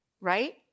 right